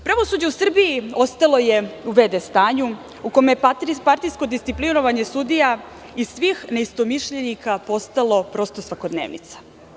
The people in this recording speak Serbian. Pravosuđe u Srbiji ostalo je u v.d. stanju u kome je partijsko disciplinovanje sudija i svih neistomišljenika postalo prosto svakodnevnica.